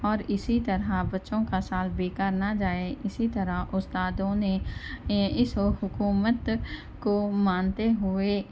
اور اسی طرح بچوں کا سال بےکار نہ جائے اسی طرح استادوں نے اس حکومت کو مانتے ہوئے